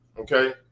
okay